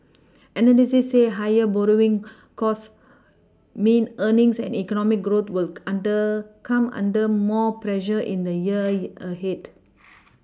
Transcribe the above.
analysts say higher borrowing costs mean earnings and economic growth will under come under more pressure in the year yeah ahead